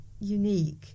unique